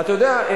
אתה יודע,